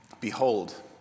Behold